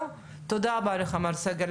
תודה רבה לך, מר סגל.